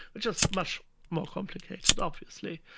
which is much more complicated, obviously.